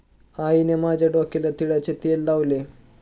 आईने माझ्या डोक्याला तिळाचे तेल लावले